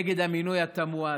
נגד המינוי התמוה הזה.